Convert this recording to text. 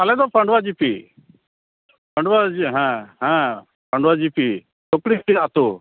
ᱟᱞᱮ ᱫᱚ ᱯᱟᱹᱰᱩᱣᱟ ᱜᱤ ᱯᱤ ᱯᱟᱹᱰᱩᱣᱟᱹ ᱦᱮᱸ ᱦᱮᱸ ᱯᱟᱹᱰᱩᱣᱟᱹ ᱜᱤ ᱯᱤ ᱞᱩᱠᱲᱤᱯᱤᱲ ᱟᱛᱩ